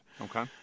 Okay